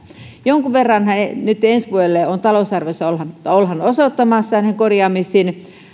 jonkun verranhan nytten ensi vuodelle ollaan talousarviossa osoittamassa niihin korjaamisiin